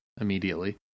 immediately